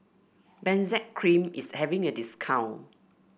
Benzac Cream is having a discount